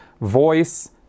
voice